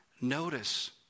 Notice